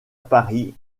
paris